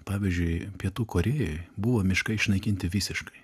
pavyzdžiui pietų korėjoj buvo miškai išnaikinti visiškai